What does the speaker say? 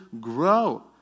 grow